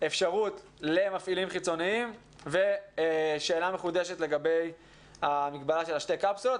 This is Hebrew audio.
אפשרות למפעילים חיצוניים ושאלה מחודשת לגבי המגבלה של שתי הקפסולות.